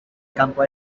campo